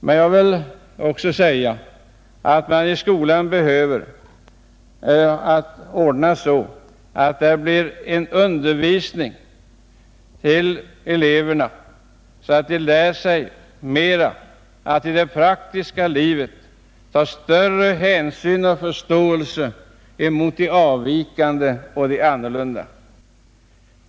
Men det behöver också i skolan ordnas med sådan undervisning till eleverna att de lär sig att i det praktiska livet visa större hänsyn mot och förståelse för de avvikande, de annorlunda.